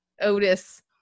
Otis